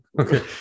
Okay